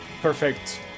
perfect